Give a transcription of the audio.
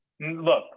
Look